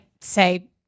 say